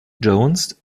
jones